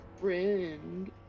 friend